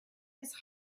his